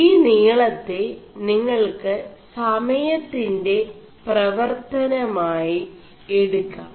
ഈ നീളെø നിÆൾ ് സമയøിൻെറ 4പവർøനമായി എടു ാം